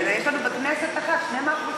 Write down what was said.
יש לנו בכנסת אחת שני מכלופים.